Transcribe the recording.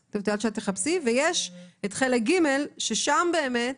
ויש חלק ג' ששם באמת